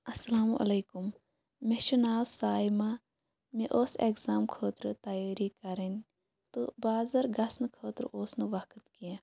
اسلامُ علیکُم مےٚ چھُ ناو سایمہ مےٚ ٲس ایٚگزام خٲطرٕ تیٲری کَرٕنۍ تہٕ بازَر گَژھنہٕ خٲطرٕ اوس نہٕ وقت کینٛہہ